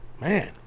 Man